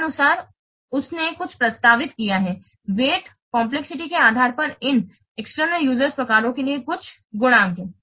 तदनुसार उसने कुछ प्रस्तावित किया है वजन जटिलता के आधार पर इन एक्सटर्नल यूजरस प्रकारों के लिए कुछ गुणक